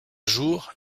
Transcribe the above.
jour